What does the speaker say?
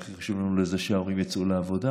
והכי חשוב לנו שההורים יצאו לעבודה,